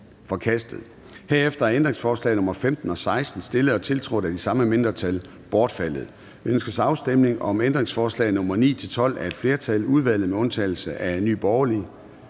Herefter er ændringsforslag nr. 15 og 16, stillet og tiltrådt af de samme mindretal, bortfaldet. Ønskes afstemning om ændringsforslag nr. 9-12 af et flertal (udvalget med undtagelse af NB)? De er